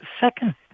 second